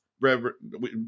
Reverend